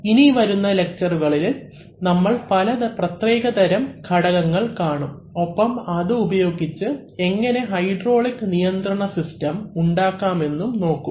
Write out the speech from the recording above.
ഇനി വരുന്ന ലെക്ച്ചറുകളിൽ നമ്മൾ ചില പ്രത്യേകതരം ഘടകങ്ങൾ കാണും ഒപ്പം അത് ഉപയോഗിച്ച് എങ്ങനെ ഹൈഡ്രോളിക് നിയന്ത്രണ സിസ്റ്റം ഉണ്ടാക്കാമെന്നും നോക്കും